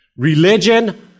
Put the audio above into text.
Religion